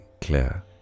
clear